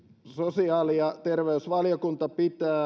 sosiaali ja terveysvaliokunta pitää